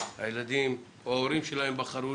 הילדים או ההורים שלהם בחרו